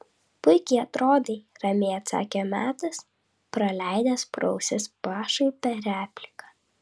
puikiai atrodai ramiai atsakė metas praleidęs pro ausis pašaipią repliką